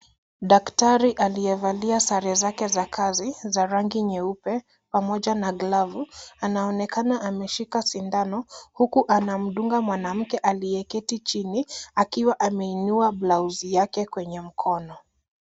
Daktari aliyevalia sare zake za kazi za rangi nyeupe pamoja na glavu. Anaonekana ameshika sindano huku anamdunga mwanamke aliyeketi chini akiwa ameinua blausi yake kwenye mkono.